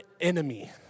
enemy